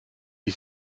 ist